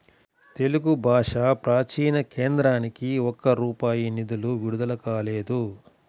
తెలుగు భాషా ప్రాచీన కేంద్రానికి ఒక్క రూపాయి నిధులు విడుదల కాలేదు